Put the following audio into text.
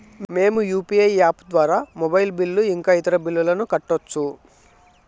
మేము UPI app ద్వారా mobile bill ఇంకా ఇతర బిల్లులను కట్టొచ్చు